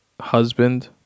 husband